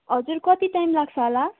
हजुर कति टाइम लाग्छ होला